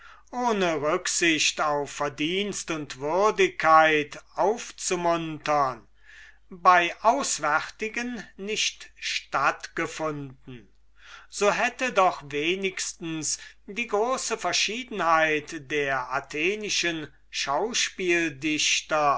ohne rücksicht auf verdienst und würdigkeit aufzumuntern bei auswärtigen nicht statt gefunden so hätte doch wenigstens die große verschiedenheit der